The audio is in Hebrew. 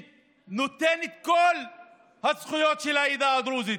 שנותן את כל הזכויות של העדה הדרוזית.